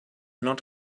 not